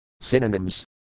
Synonyms